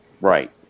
right